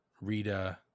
Rita